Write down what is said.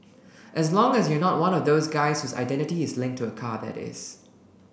as long as you're not one of those guys whose identity is linked to a car that is